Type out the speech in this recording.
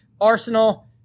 Arsenal